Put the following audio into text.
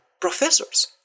professors